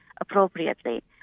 appropriately